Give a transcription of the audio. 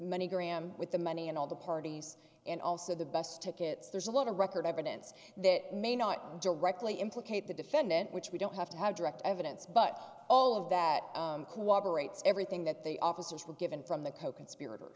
money gram with the money and all the parties and also the bus tickets there's a lot of record evidence that may not directly implicate the defendant which we don't have to have direct evidence but all of that cooperates everything that they officers were given from the co